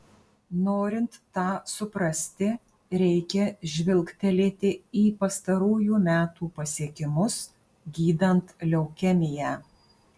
norint tą suprasti reikia žvilgtelėti į pastarųjų metų pasiekimus gydant leukemiją